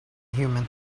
human